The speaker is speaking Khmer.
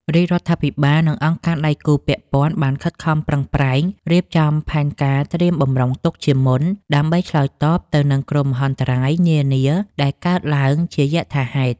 រាជរដ្ឋាភិបាលនិងអង្គការដៃគូពាក់ព័ន្ធបានខិតខំប្រឹងប្រែងរៀបចំផែនការត្រៀមបម្រុងទុកជាមុន ដើម្បីឆ្លើយតបទៅនឹងគ្រោះមហន្តរាយនានាដែលកើតឡើងជាយថាហេតុ។